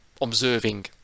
observing